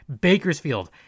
Bakersfield